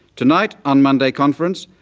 tonight on monday conference,